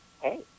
hey